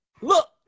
Look